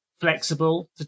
flexible